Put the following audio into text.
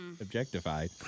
objectified